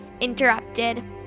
interrupted